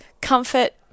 comfort